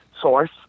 source